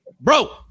Bro